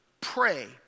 pray